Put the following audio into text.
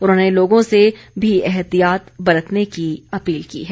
उन्होंने लोगों से भी एहतियात बरतने की अपील की है